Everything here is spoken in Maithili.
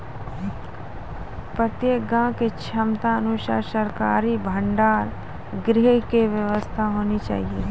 प्रत्येक गाँव के क्षमता अनुसार सरकारी भंडार गृह के व्यवस्था होना चाहिए?